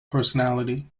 personality